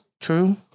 True